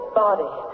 body